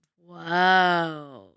Whoa